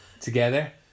together